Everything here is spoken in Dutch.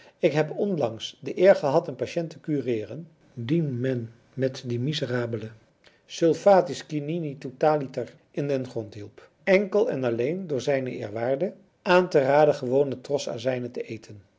ik heb onlangs de eer gehad een patiënt te cureeren dien men met die miserabele sulphatis quinini totaliter in den grond hielp enkel en alleen door zed aan te raden gewone trosrazijnen te eten